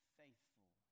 faithful